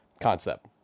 concept